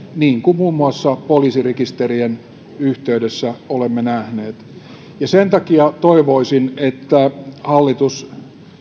niin kuin muun muassa poliisirekisterien yhteydessä olemme nähneet sen takia toivoisin että hallitus